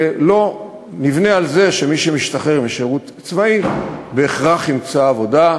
ולא נבנה על זה שמי שמשתחרר משירות צבאי בהכרח ימצא עבודה,